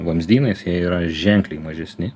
vamzdynais jie yra ženkliai mažesni